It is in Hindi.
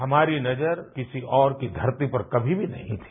हमारी नजर किसी और की धरती पर कभी भी नहीं थी